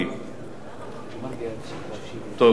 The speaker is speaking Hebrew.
אכן,